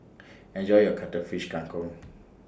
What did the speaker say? Enjoy your Cuttlefish Kang Kong